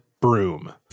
broom